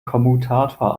kommutator